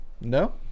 No